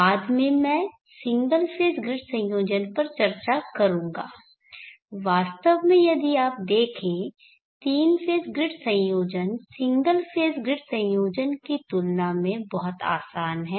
बाद में मैं सिंगल फेज़ ग्रिड संयोजन पर चर्चा करूंगा वास्तव में यदि आप देखें तीन फेज़ ग्रिड संयोजन सिंगल फेज़ ग्रिड संयोजन की तुलना में बहुत आसान है